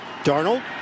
darnold